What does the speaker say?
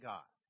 God